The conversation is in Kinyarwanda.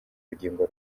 urugingo